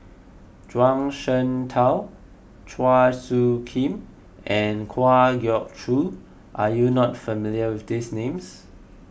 Zhuang Shengtao Chua Soo Khim and Kwa Geok Choo are you not familiar with these names